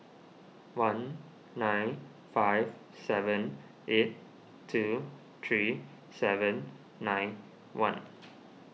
one nine five seven eight two three seven nine one